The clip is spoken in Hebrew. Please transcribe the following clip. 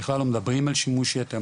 בכלל לא מדברים על שימוש יתר,